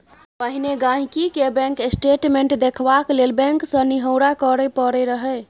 पहिने गांहिकी केँ बैंक स्टेटमेंट देखबाक लेल बैंक सँ निहौरा करय परय रहय